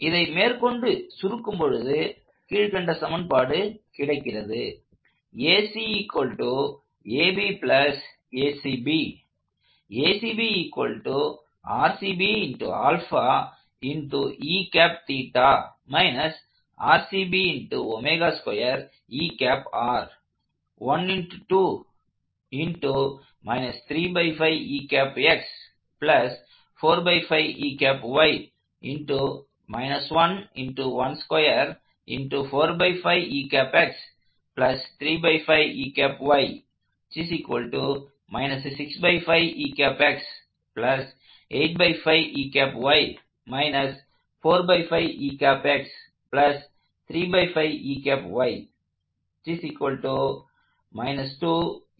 இதை மேற்கொண்டு சுருக்கும் பொழுது கீழ்க்கண்ட சமன்பாடு கிடைக்கிறது